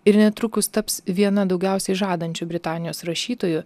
ir netrukus taps viena daugiausiai žadančių britanijos rašytojų